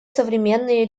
современные